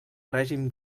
règim